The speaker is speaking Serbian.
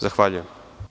Zahvaljujem.